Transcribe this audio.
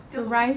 叫什么